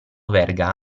verga